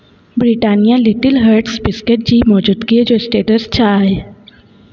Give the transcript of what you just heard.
Britannia Little Hearts biscuits जी मौजूदगीअ जो स्टेटस छा आहे